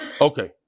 Okay